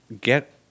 get